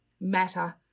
matter